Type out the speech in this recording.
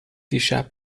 دیشب